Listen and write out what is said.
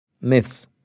Myths